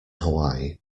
hawaii